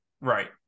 Right